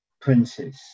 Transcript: princes